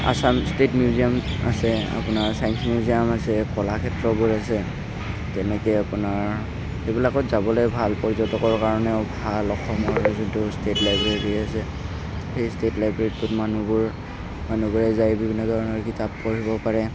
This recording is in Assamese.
আচাম ষ্টেট মিউজিয়াম আছে আপোনাৰ চাইঞ্চ মিউজিয়াম আছে কলাক্ষেত্ৰবোৰ আছে তেনেকৈ আপোনাৰ সেইবিলাকত যাবলৈ ভাল পৰ্যটকৰ কাৰণেও ভাল অসমৰ যোনটো ষ্টেট লাইব্ৰেৰী আছে সেই ষ্টেট লাইব্ৰেৰীটোত মানুহবোৰ মানুহবোৰে যাই বিভিন্ন ধৰণৰ কিতাপ পঢ়িব পাৰে